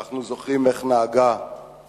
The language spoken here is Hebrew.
אנחנו זוכרים איך נהגה צרפת,